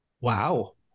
Wow